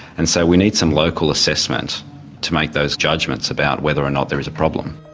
and so we need some local assessment to make those judgements about whether or not there is a problem.